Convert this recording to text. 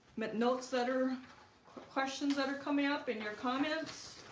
but notes that are questions that are coming up in your comments